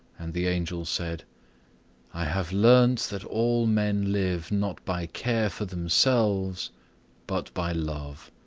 and the angel said i have learnt that all men live not by care for themselves but by love.